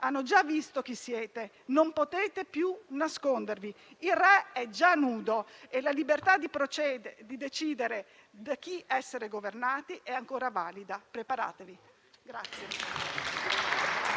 hanno già visto chi siete. Non potete più nascondervi. Il re è già nudo e la libertà di decidere da chi essere governati è ancora valida. Preparatevi.